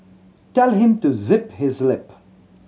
tell him to zip his lip